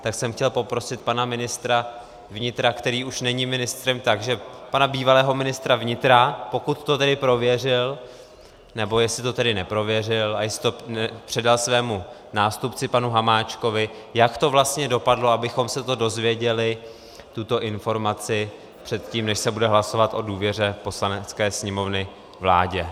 Tak jsem chtěl poprosit pana ministra vnitra, který už není ministrem, takže pana bývalého ministra vnitra, pokud to tedy prověřil, nebo jestli to tedy neprověřil a jestli to předal svému nástupci panu Hamáčkovi, jak to vlastně dopadlo, abychom se dozvěděli tuto informaci předtím, než se bude hlasovat o důvěře Poslanecké sněmovny vládě.